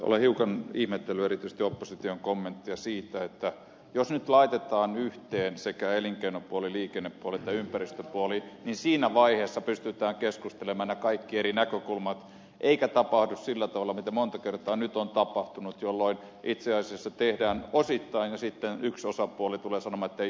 olen hiukan ihmetellyt erityisesti opposition kommenttia siitä että jos nyt laitetaan yhteen sekä elinkeinopuoli liikennepuoli että ympäristöpuoli niin siinä vaiheessa pystytään keskustelemaan nämä kaikki eri näkökulmat eikä tapahdu sillä tavalla mitä monta kertaa nyt on tapahtunut että itse asiassa tehdään osittain ja sitten yksi osapuoli tulee sanomaan ettei onnistukaan